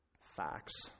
facts